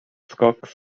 kaks